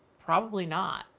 probably not.